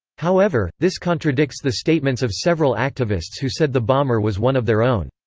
however, this contradicts the statements of several activists who said the bomber was one of their own.